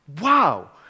wow